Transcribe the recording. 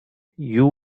you